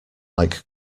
like